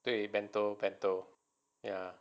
对 bento bento ya